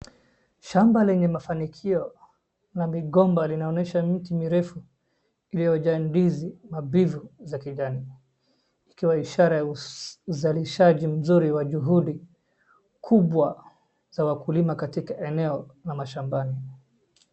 Shamba lenye mafanikio la migomba linaonyesha miti mirefu iliyojaa ndizi mambivu za kijani ikiwa ishara ya uzalishaji mzuri wa juhudi kubwa za wakulima katika eneo la mashambani.